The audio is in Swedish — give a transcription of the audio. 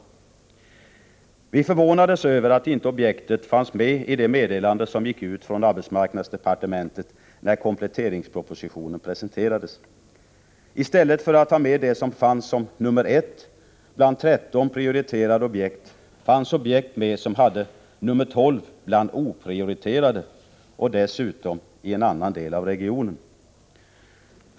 Vi förvånades över att inte objektet fanns med i det meddelande som gick ut från arbetsmarknadsdepartementet när kompletteringspropositionen presenterades. I stället för att ta med det som fanns som nr 1 bland 13 prioriterade objekt fanns objekt med som hade nr 12 bland oprioriterade — och dessutom i en annan del av regionen.